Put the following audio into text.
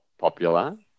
popular